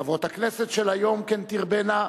חברות הכנסת של היום, כן תרבינה,